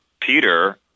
Peter